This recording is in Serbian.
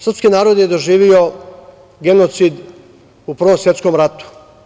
Srpski narod je doživeo genocid u Prvom svetskom ratu.